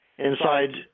Inside